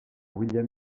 william